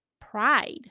pride